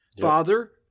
Father